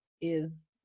is-